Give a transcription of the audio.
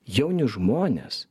jauni žmonės